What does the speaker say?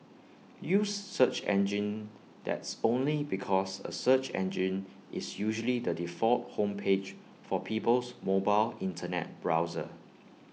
use search engines that's only because A search engine is usually the default home page for people's mobile Internet browser